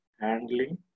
handling